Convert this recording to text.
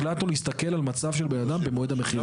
החלטנו להסתכל על מצב של בן אדם במועד המכירה.